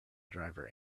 driver